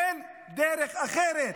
אין דרך אחרת.